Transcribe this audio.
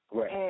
Right